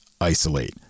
isolate